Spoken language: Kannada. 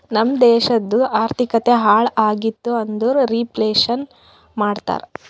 ನಮ್ ದೇಶದು ಆರ್ಥಿಕತೆ ಹಾಳ್ ಆಗಿತು ಅಂದುರ್ ರಿಫ್ಲೇಷನ್ ಮಾಡ್ತಾರ